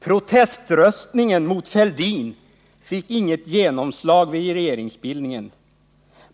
Proteströstningen mot Fälldin fick inget genomslag vid regeringsbildningen.